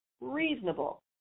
reasonable